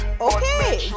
Okay